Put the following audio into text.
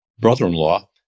brother-in-law